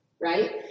right